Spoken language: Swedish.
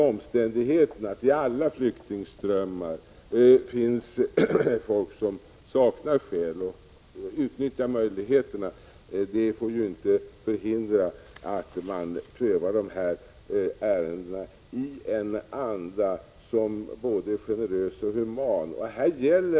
Att det i alla flyktingströmmar finns folk som saknar skäl och utnyttjar möjligheterna får inte förhindra att ärendena prövas i en anda som är generös och human.